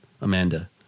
Amanda